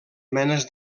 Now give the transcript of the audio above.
menes